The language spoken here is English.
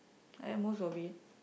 I ate most of it